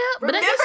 remember